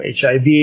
HIV